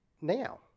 now